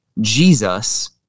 Jesus